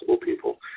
people